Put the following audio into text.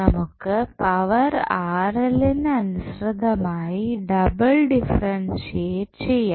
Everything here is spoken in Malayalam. നമുക്ക് പവർ ന് അനുസൃതമായി ഡബിൾ ഡിഫറെൻസിയേറ്റ് ചെയ്യാം